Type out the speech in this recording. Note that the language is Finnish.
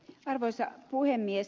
arvoisa puhemies